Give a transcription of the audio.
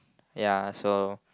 ya so